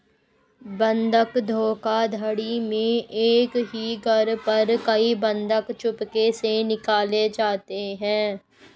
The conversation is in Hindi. बंधक धोखाधड़ी में एक ही घर पर कई बंधक चुपके से निकाले जाते हैं